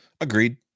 Agreed